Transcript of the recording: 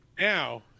Now